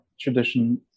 tradition